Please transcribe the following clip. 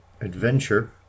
Adventure